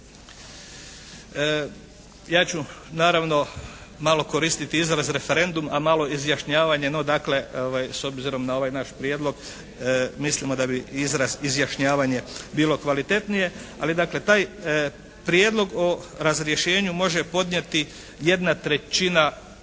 Ja ću naravno malo koristiti izraz "referendum" a malo "izjašnjavanje" no dakle s obzirom na ovaj naš prijedlog, mislimo da bi izraz "izjašnjavanje" bilo kvalitetnije. Ali dakle taj prijedlog o razrješenju može podnijeti jedna trećina